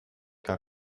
gar